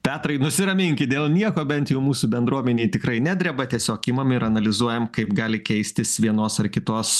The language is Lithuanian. petrai nusiraminkit dėl nieko bent jau mūsų bendruomenėj tikrai nedreba tiesiog imam ir analizuojam kaip gali keistis vienos ar kitos